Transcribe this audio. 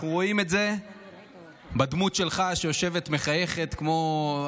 אנחנו רואים את זה בדמות שלך שיושבת מחייכת כמו,